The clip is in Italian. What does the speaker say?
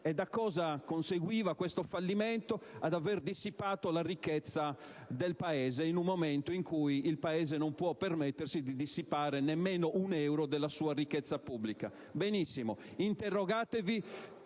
Da cosa conseguiva questo fallimento? Dall'aver dissipato la ricchezza del Paese in un momento in cui il Paese non può permettersi di dissipare nemmeno un euro della sua ricchezza pubblica. Benissimo, interrogatevi